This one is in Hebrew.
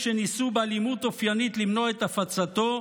שניסו באלימות אופיינית למנוע את הפצתו,